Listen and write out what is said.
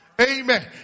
Amen